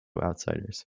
outsiders